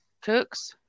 Cooks